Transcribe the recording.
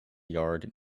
yard